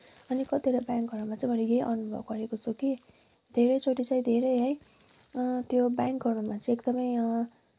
अनि कतिवटा ब्याङ्कहरूमा चाहिँ मैले यही अनुभव गरेको छु कि धेरैचोटि चाहिँ धेरै है त्यो ब्याङ्कहरूमा चाहिँ एकदमै